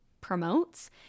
promotes